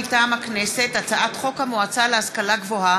מטעם הכנסת: הצעת חוק המועצה להשכלה גבוהה